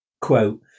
Quote